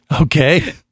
Okay